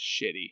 shitty